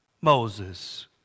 Moses